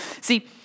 See